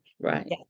right